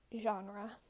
genre